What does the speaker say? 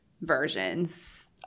versions